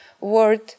word